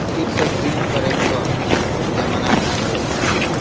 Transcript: फिर से प्रिंट करे क जमाना आ गयल हौ